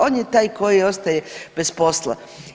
On je taj koji ostaje bez posla.